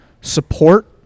support